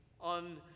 on